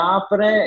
apre